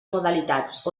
modalitats